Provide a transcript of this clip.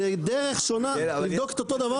זו דרך שונה לבדוק את אותו דבר.